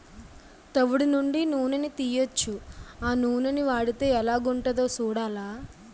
తవుడు నుండి నూనని తీయొచ్చు ఆ నూనని వాడితే ఎలాగుంటదో సూడాల